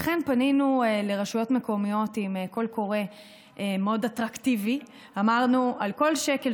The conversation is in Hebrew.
לכן פנינו לרשויות מקומיות בקול קורא מאוד אטרקטיבי: אמרנו שעל כל שקל